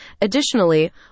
Additionally